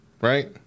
right